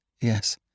Yes